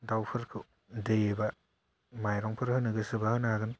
दावफोरखौ दै एबा माइरंफोर होनो गोसोबा होनो हागोन